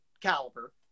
caliber